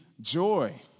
joy